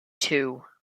two